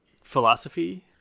philosophy